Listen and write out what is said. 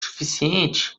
suficiente